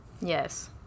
Yes